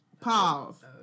Pause